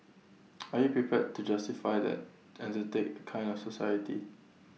are you prepared to justify that and take that kind of society